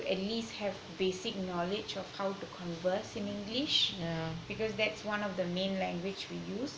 to at least have basic langauge on how to converse in english because that is one of the main language that we use